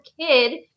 kid